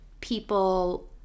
people